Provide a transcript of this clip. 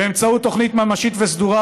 באמצעות תוכנית ממשית וסדורה,